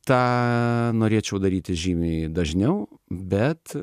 tą norėčiau daryti žymiai dažniau bet